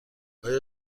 آیا